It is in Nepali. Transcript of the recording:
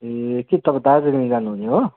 ए के तपाईँ दार्जिलिङ जानुहुने हो